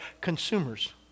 Consumers